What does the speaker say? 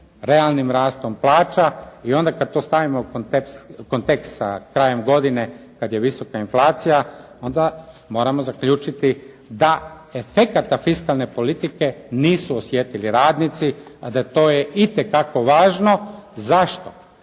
realnim rastom plaća i onda kad to stavimo u kontekst sa krajem godine kad je visoka inflacija onda moramo zaključiti da efekte fiskalne politike nisu osjetili radnici, a da je to itekako važno. Zašto?